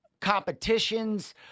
competitions